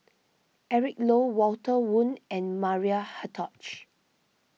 Eric Low Walter Woon and Maria Hertogh